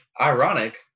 ironic